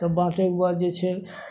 तब बाँटैके बाद जे छै